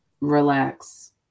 relax